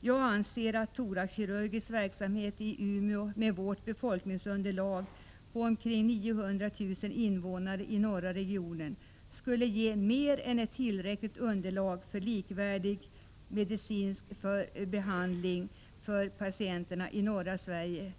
Jag anser att thoraxkirurgisk verksamhet i Umeå med vårt befolkningsunderlag på omkring 900 000 invånare inom norra regionen skulle ge ett mer än tillräckligt underlag för likvärdig medicinsk behandling av patienterna i norra Sverige.